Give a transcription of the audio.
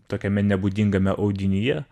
tokiame nebūdingame audinyje